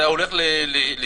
"(2)